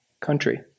country